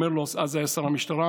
אז זה היה שר המשטרה,